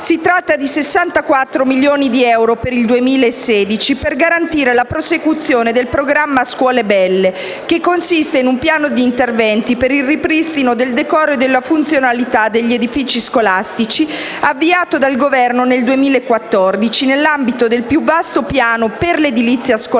Si tratta di 64 milioni di euro per il 2016 per garantire la prosecuzione del piano scuole belle, che consiste in un piano di interventi per il ripristino del decoro e della funzionalità degli edifici scolastici, avviato dal Governo nel 2014, nell'ambito del più vasto piano per l'edilizia scolastica,